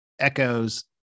echoes